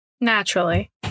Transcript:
Naturally